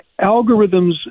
algorithms